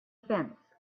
fence